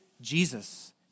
Jesus